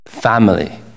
Family